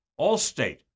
Allstate